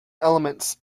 elements